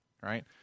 right